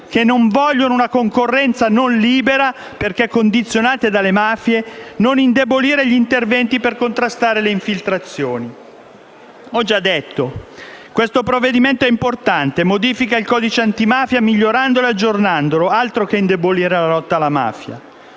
che non vogliono una concorrenza non libera perché condizionata dalle mafie, non indebolire gli interventi per contrastare le infiltrazioni. Ho già detto che questo provvedimento è importante, modifica il codice antimafia migliorandolo ed aggiornandolo. Altro che indebolire la lotta alla mafia!